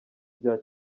bya